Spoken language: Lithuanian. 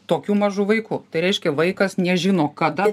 tokiu mažu vaiku tai rešikia vaikas nežino kada